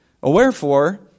Wherefore